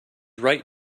right